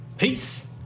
Peace